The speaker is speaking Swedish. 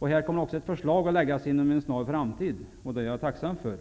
Här kommer också ett förslag att läggas fram inom en snar framtid, och det är jag tacksam för.